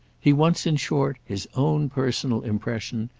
he wants in short his own personal impression,